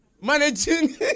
managing